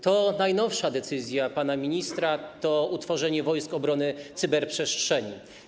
To najnowsza decyzja pana ministra, czyli utworzenie Wojsk Obrony Cyberprzestrzeni.